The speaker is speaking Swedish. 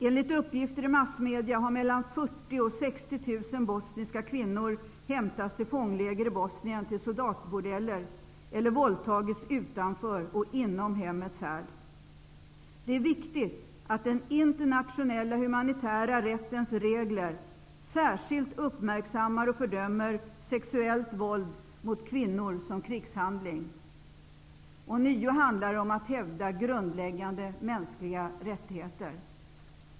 Enligt uppgifter i massmedia har 40 000--60 000 bosniska kvinnor hämtats från fångläger i Bosnien till soldatbordeller eller våldtagits utanför och inom hemmets härd. Det är viktigt att man med hänvisning till den internationella humanitära rättens regler särskilt uppmärksammar och fördömer som krigshandling sexuellt våld mot kvinnor. Ånyo handlar det om att hävda grundläggande mänskliga rättigheter.